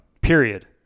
period